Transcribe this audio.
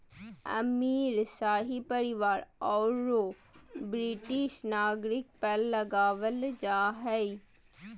अमीर, शाही परिवार औरो ब्रिटिश नागरिक पर लगाबल जा हइ